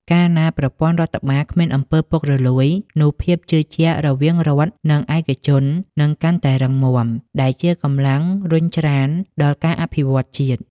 កាលណាប្រព័ន្ធរដ្ឋបាលគ្មាន អំពើពុករលួយ នោះភាពជឿជាក់រវាងរដ្ឋ និងឯកជននឹងកាន់តែរឹងមាំ ដែលជាកម្លាំងរុញច្រានដល់ការអភិវឌ្ឍជាតិ។